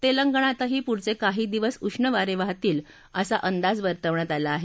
तेलंगणातही पुढचे काही दिवस उष्ण वारे वाहतील असा अंदाज वर्तवण्यात आला आहे